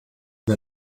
wer